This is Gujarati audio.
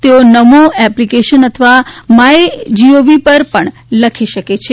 તેઓ નમો એપ્લિકેશન અથવા માયગોવ પર પણ લખી શકે છે